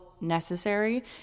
necessary